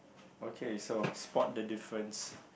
okay so spot the difference